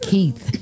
Keith